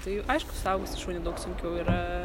tai aišku suaugusį šunį daug sunkiau yra